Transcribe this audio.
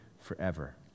forever